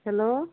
hello